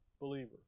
believer